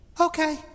okay